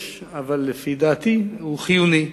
יש, אבל לדעתי הוא חיוני,